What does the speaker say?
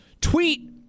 tweet